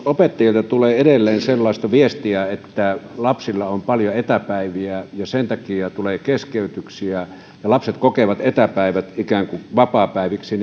opettajilta tulee edelleen sellaista viestiä että lapsilla on paljon etäpäiviä ja sen takia tulee keskeytyksiä ja lapset kokevat etäpäivät ikään kuin vapaapäiviksi